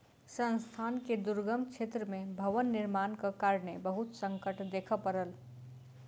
संस्थान के दुर्गम क्षेत्र में भवन निर्माणक कारणेँ बहुत संकट देखअ पड़ल